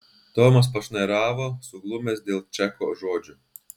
tomas pašnairavo suglumęs dėl čako žodžių